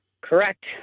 Correct